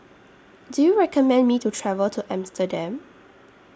Do YOU recommend Me to travel to Amsterdam